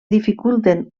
dificulten